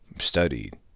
studied